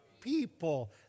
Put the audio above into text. people